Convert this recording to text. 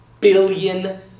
billion